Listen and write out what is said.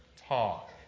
talk